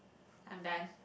I'm done